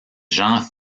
gens